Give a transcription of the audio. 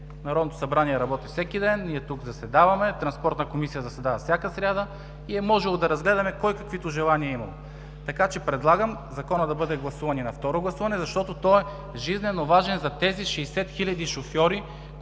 Народното събрание работи всеки ден, ние тук заседаваме, Транспортна комисия заседава всяка сряда, и е можело да разгледаме кой каквито желания е имал. Така че предлагам Законът да бъде гласуван и на второ гласуване, защото той е жизненоважен за тези 60 хил. шофьори,